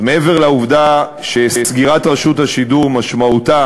אז מעבר לעובדה שסגירת רשות השידור משמעותה